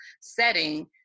Setting